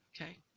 Okay